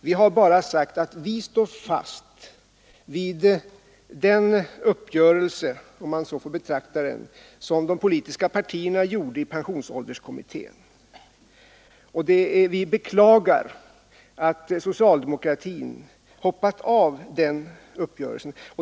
Vi har bara sagt att vi står fast vid den uppgörelse som de politiska partierna träffade i pensionsålderskommittén. Vi beklagar att socialdemokratin hoppat av från den uppgörelsen.